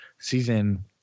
Season